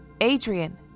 Adrian